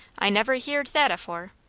i never heerd that afore.